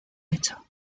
hecho